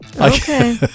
okay